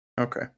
Okay